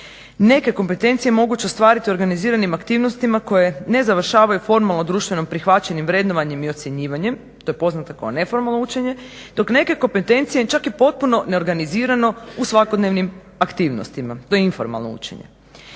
Neke kompetencije je moguće ostvariti organiziranim aktivnostima koje ne završavaju formalno društveno prihvaćenim vrednovanjem i ocjenjivanjem to je poznato kao neformalno učenje, dok neke kompetencije čak i potpuno neorganizirano u svakodnevnim aktivnostima. To je informalno učenje.